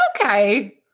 Okay